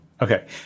Okay